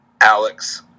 Alex